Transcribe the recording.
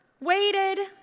waited